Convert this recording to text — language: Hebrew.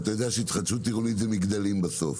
אתה יודע שהתחדשות עירונית זה מגדלים בסוף.